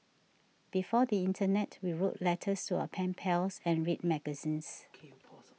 before the internet we wrote letters to our pen pals and read magazines